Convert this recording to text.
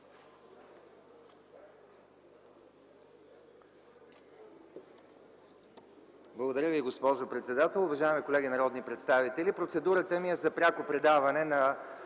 Благодаря Ви, госпожо председател. Уважаеми колеги народни представители, процедурата ми е за пряко предаване на